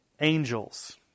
angels